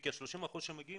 כ-30% מאלה שמגיעים,